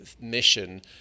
mission